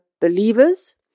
believers